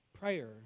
prayer